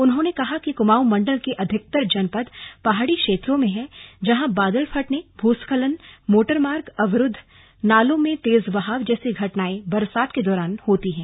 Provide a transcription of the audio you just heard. उन्होंने कहा कि कुमाऊं मण्डल के अधिकतर जनपद पहाड़ी क्षेत्रों में हैं जहां बादल फटने भूस्खलन मोटरमार्ग अवरूद्व नालों में तेज बहाव जैसी घटनाएं बरसात के दौरान होती है